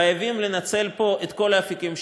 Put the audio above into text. חייבים לנצל פה את כל האפיקים שיש: